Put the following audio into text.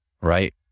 right